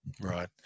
Right